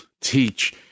teach